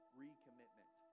recommitment